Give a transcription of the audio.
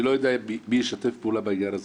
אני לא יודע מי ישתף פעולה בעניין הזה,